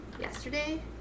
yesterday